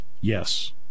Yes